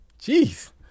Jeez